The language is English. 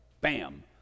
bam